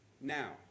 Now